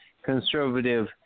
Conservative